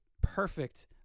perfect